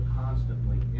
constantly